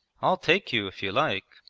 i'll take you, if you like.